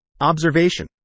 Observation